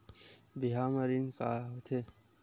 बिहाव म ऋण का होथे?